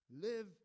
Live